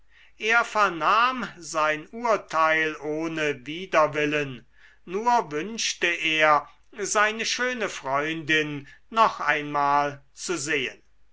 er vernahm sein urteil ohne widerwillen nur wünschte er seine schöne freundin noch einmal zu sehen